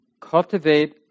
Cultivate